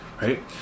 right